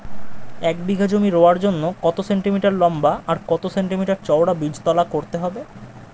এক বিঘা জমি রোয়ার জন্য কত সেন্টিমিটার লম্বা আর কত সেন্টিমিটার চওড়া বীজতলা করতে হবে?